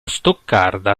stoccarda